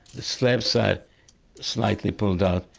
the slabs are slightly pulled out.